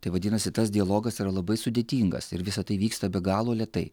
tai vadinasi tas dialogas yra labai sudėtingas ir visa tai vyksta be galo lėtai